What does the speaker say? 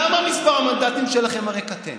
למה מספר המנדטים שלכם הרי קטן